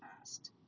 asked